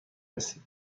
رسید